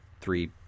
three